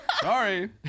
Sorry